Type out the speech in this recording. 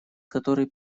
который